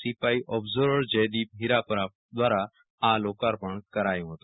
સિપાઈ observer Jaydeep Firapara દ્વારા લોકાર્પણ કરાયું ફતું